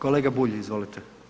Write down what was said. Kolega Bulj, izvolite.